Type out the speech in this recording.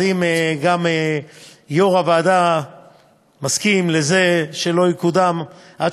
אז אם גם יושב-ראש הוועדה מסכים שזה לא יקודם עד